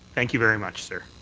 thank you very much, sir.